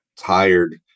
tired